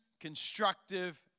constructive